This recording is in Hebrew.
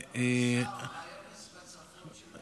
ההרס של בתים